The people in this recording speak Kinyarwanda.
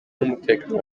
n’umutekano